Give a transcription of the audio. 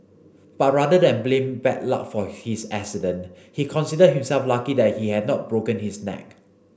but rather than blame bad luck for his accident he considered himself lucky that he had not broken his neck